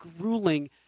grueling